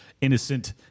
innocent